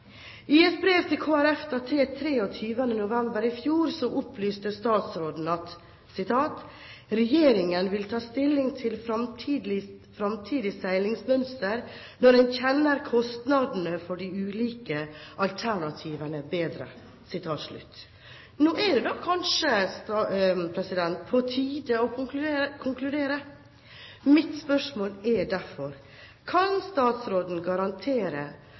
I et brev til Kristelig Folkeparti datert 23. november i fjor opplyste statsråden at «Regjeringen vil ta stilling til framtidig seilingsmønster når en kjenner kostnadene for de ulike alternativene bedre». Nå er det kanskje på tide å konkludere. Mitt spørsmål er derfor: Kan statsråden garantere